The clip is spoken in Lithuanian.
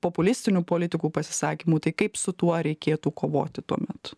populistinių politikų pasisakymų tai kaip su tuo reikėtų kovoti tuomet